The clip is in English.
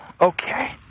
Okay